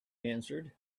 answered